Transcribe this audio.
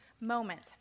moment